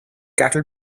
cattle